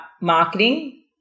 marketing